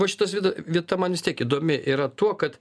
va šitas vida vieta man vis tiek įdomi yra tuo kad